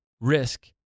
risk